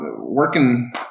working